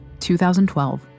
2012